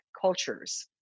cultures